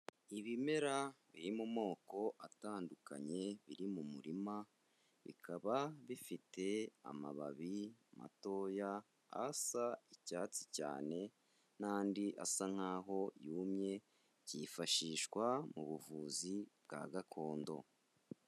Ibimera biri mu moko atandukanye biri mu murima, bikaba bifite amababi matoya asa icyatsi cyane n'andi asa nk'aho yumye, byifashishwa mu buvuzi bwa gakondo.